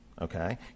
okay